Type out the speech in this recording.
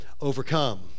overcome